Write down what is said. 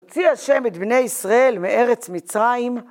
‫הוציא ה' את בני ישראל מארץ מצרים.